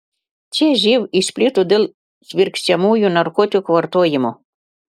čia živ išplito dėl švirkščiamųjų narkotikų vartojimo